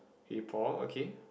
hey Paul okay